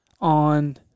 on